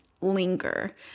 linger